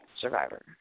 Survivor